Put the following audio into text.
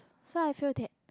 so I feel that